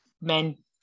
men